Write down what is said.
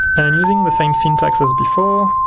and using the same syntax as before,